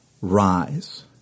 rise